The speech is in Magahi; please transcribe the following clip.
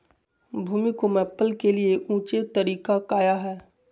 भूमि को मैपल के लिए ऊंचे तरीका काया है?